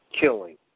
killing